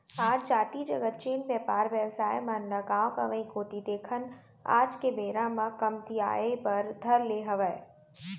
आज जातिगत जेन बेपार बेवसाय मन ल गाँव गंवाई कोती देखन आज के बेरा म कमतियाये बर धर ले हावय